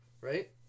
right